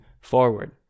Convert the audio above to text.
forward